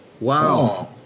Wow